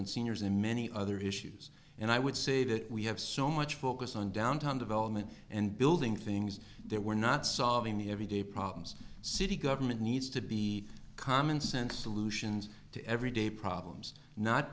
on seniors and many other issues and i would say that we have so much focus on downtown development and building things that we're not solving the everyday problems city government needs to be commonsense solutions to everyday problems not